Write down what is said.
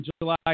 July